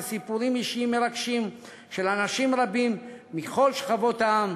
וסיפורים אישיים מרגשים של אנשים רבים מכל שכבות העם,